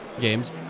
games